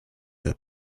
that